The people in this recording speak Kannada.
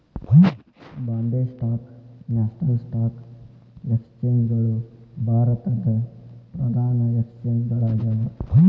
Bombay stock national stock exchange ಗಳು ಭಾರತದ್ ಪ್ರಧಾನ ಎಕ್ಸ್ಚೇಂಜ್ ಗಳಾಗ್ಯಾವ